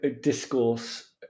discourse